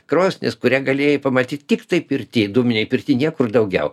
krosnis kurią galėjai pamatyti tiktai pirty dūminėj pirty niekur daugiau